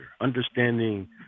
understanding